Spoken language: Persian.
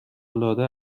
العاده